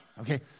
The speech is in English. okay